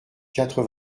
quatre